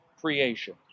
creation